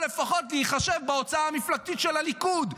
או לפחות להיחשב בהוצאה המפלגתית של הליכוד,